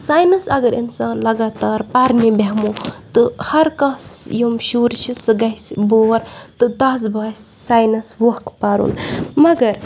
science اگر اِنسان لگاتار پَرنہِ بیٚہمو تہٕ ہرکانٛہہ یِم شُر چھُ سُہ گژھِ بور تہٕ تَس باسہِ ساینَس ووکھٕ پَرُن مگر